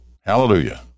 hallelujah